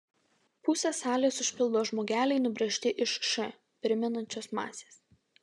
pusę salės užpildo žmogeliai nubrėžti iš š primenančios masės